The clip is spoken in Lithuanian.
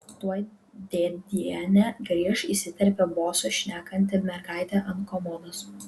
tuoj dėdienė grįš įsiterpė bosu šnekanti mergaitė ant komodos